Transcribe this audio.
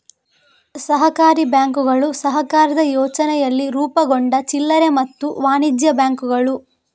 ಸಹಕಾರಿ ಬ್ಯಾಂಕುಗಳು ಸಹಕಾರದ ಯೋಚನೆಯಲ್ಲಿ ರೂಪುಗೊಂಡ ಚಿಲ್ಲರೆ ಮತ್ತೆ ವಾಣಿಜ್ಯ ಬ್ಯಾಂಕುಗಳು